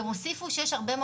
זו שאלה שאני כבר מה השאלה?